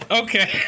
okay